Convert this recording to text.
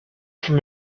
from